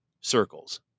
circles